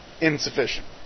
insufficient